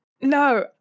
no